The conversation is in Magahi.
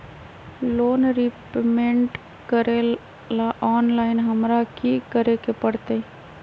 लोन रिपेमेंट करेला ऑनलाइन हमरा की करे के परतई?